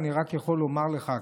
אני רק יכול לומר לך,